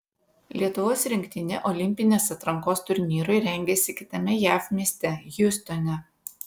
lietuvos rinktinė olimpinės atrankos turnyrui rengiasi kitame jav mieste hjustone